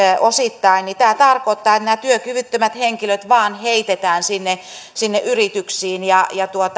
osittain niin se tarkoittaa että nämä työkyvyttömät henkilöt vain heitetään sinne sinne yrityksiin ja